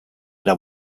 era